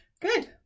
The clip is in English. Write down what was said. Good